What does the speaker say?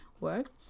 work